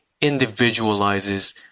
individualizes